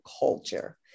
culture